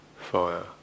fire